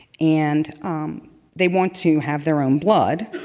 and um they want to have their own blood,